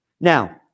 Now